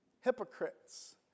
hypocrites